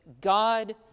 God